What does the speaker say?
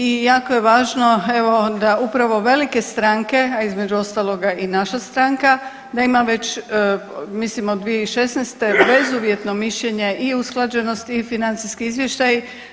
I jako je važno evo da upravo velike stranke, a između ostaloga i naša stranka da ima već mislim od 2016. bezuvjetno mišljenje i usklađenost i financijski izvještaji.